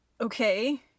Okay